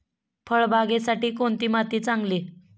फळबागेसाठी कोणती माती चांगली?